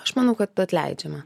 aš manau kad atleidžiama